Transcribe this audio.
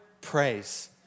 praise